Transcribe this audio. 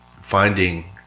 finding